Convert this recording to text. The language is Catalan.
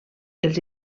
els